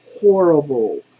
horrible